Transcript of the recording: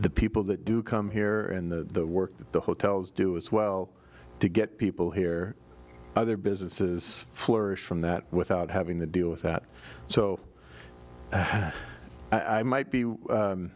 the people that do come here and the work that the hotels do as well to get people here other businesses flourish from that without having to deal with that so i might be